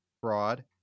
fraud